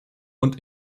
und